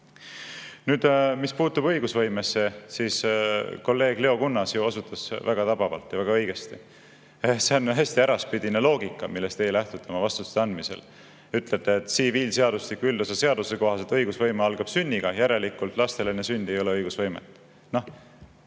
Nüüd, mis puutub õigusvõimesse, siis kolleeg Leo Kunnas osutas väga tabavalt ja väga õigesti, et see on hästi äraspidine loogika, millest te oma vastuste andmisel lähtute. Te ütlete, et tsiviilseadustiku üldosa seaduse kohaselt õigusvõime algab sünniga, järelikult lastel enne sündi ei ole õigusvõimet.